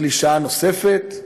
קלישאה נוספת,